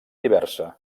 diversa